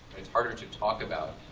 it's harder to talk about